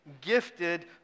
gifted